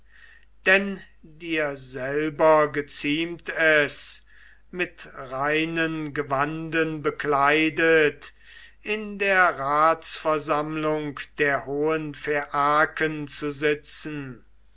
denn dir selber geziemt es mit reinen gewanden bekleidet in der ratsversammlung der hohen phaiaken zu sitzen